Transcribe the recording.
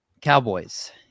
cowboys